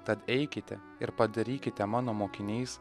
tad eikite ir padarykite mano mokiniais